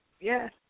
Yes